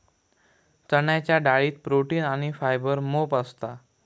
चण्याच्या डाळीत प्रोटीन आणी फायबर मोप असता